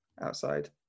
outside